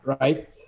right